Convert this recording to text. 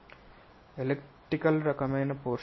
elliptical రకమైన portion కోసం ఎక్కువ